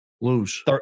Lose